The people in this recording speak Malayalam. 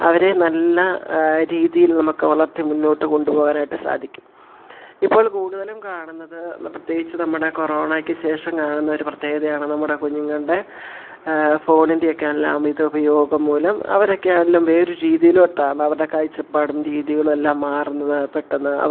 അവരെരേ നല്ല രീതിയിൽ നമുക്ക് വളർത്തി മുന്നോട്ടു കൊണ്ടു പോകാനായിട്ടു സാധിക്കും ഇപ്പോൾ കൂടുതലും കാണുന്നത് പ്രത്യേകിച്ച് നമ്മുടെ കൊറോണക്കു ശേഷം കാണുന്ന ഒരു പ്രത്യേകതയാണ് നമ്മുടെ കുഞ്ഞുങ്ങളുടെ ഫോണിൻ്റെയൊക്കെയാണെങ്കിലും അമിത ഉപയോഗം മൂലം അവരൊക്കെ ആണെങ്കിലും വേറൊരു രീതിയിലോട്ടാണവരുടെ കാഴ്ച്ചപ്പാടും രീതികളുമെല്ലാം മാറുന്നത് പെട്ടെന്ന് അവർക്ക്